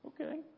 okay